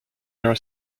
air